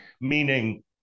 Meaning